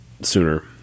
sooner